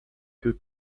que